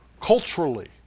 culturally